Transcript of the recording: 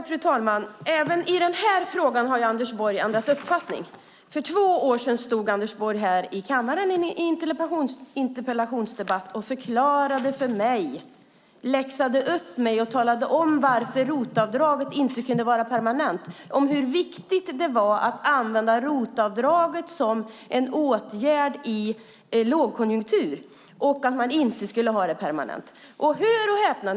Fru talman! Även i den här frågan har Anders Borg ändrat uppfattning. För två år sedan stod Anders Borg här i kammaren i en interpellationsdebatt och läxade upp mig och talade om varför ROT-avdraget inte kunde vara permanent och hur viktigt det var att använda ROT-avdraget som en åtgärd i lågkonjunktur. Men hör och häpna!